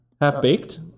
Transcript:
Half-baked